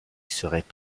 seraient